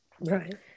Right